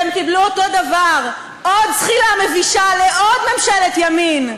והם קיבלו אותו דבר: עוד זחילה מבישה לעוד ממשלת ימין.